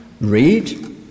read